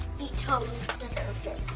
he totally deserves it.